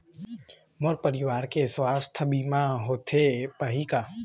मोर परवार के सुवास्थ बीमा होथे पाही का?